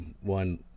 one